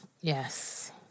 Yes